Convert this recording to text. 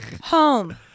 home